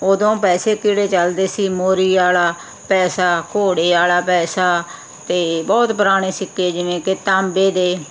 ਉਦੋਂ ਪੈਸੇ ਕਿਹੜੇ ਚੱਲਦੇ ਸੀ ਮੋਰੀ ਵਾਲਾ ਪੈਸਾ ਘੋੜੇ ਵਾਲਾ ਪੈਸਾ ਅਤੇ ਬਹੁਤ ਪੁਰਾਣੇ ਸਿੱਕੇ ਜਿਵੇਂ ਕਿ ਤਾਂਬੇ ਦੇ